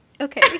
okay